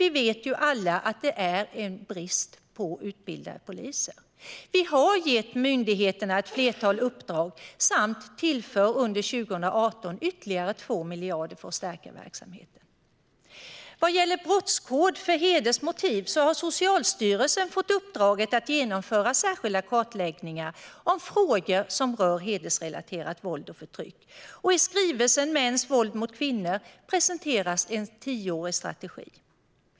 Vi vet alla att det råder en brist på utbildade poliser. Vi ha gett myndigheten ett flertal uppdrag samt tillför under 2018 ytterligare 2 miljarder för att stärka verksamheten. Vad gäller brottskod för hedersmotiv har Socialstyrelsen fått uppdraget att genomföra särskilda kartläggningar av frågor som rör hedersrelaterat våld och förtryck, och i skrivelsen En nationell strategi för att förebygga och bekämpa mäns våld mot kvinnor presenteras en tioårig strategi.